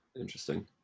Interesting